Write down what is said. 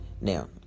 Now